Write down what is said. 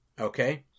Okay